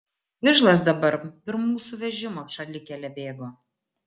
vižlas dabar pirm mūsų vežimo šalikele bėgo